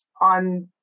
on